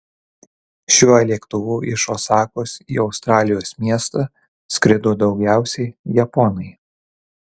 šiuo lėktuvu iš osakos į australijos miestą skrido daugiausiai japonai